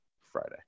Friday